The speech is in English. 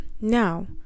now